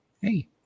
Hey